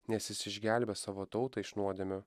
nes jis išgelbės savo tautą iš nuodėmių